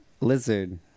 Lizard